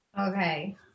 Okay